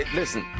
listen